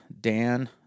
Dan